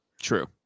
True